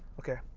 okay,